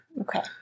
Okay